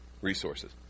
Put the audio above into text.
resources